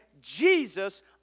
Jesus